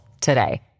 today